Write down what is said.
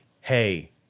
hey